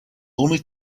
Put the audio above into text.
only